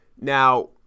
Now